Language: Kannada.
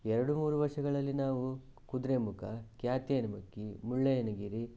ಎರಡು ಮೂರು ವರ್ಷಗಳಲ್ಲಿ ನಾವು ಕುದುರೆಮುಖ ಕ್ಯಾತ್ಯಾನಮಕ್ಕಿ ಮುಳ್ಳಯ್ಯನಗಿರಿ